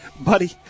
Buddy